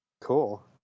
Cool